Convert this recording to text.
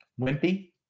Wimpy